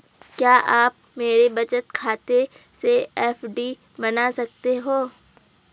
क्या आप मेरे बचत खाते से एफ.डी बना सकते हो?